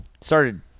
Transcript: Started